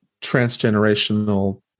transgenerational